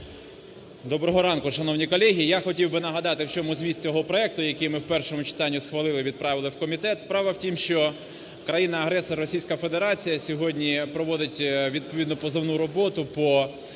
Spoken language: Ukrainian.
Доброго ранку, шановні колеги. Я хотів би нагадати, в чому зміст цього проекту, який ми в першому читанні схвалили, відправили в комітет. Справа в тім, що країна-агресор Російська Федерація сьогодні проводить відповідну позовну роботу по